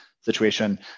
situation